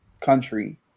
country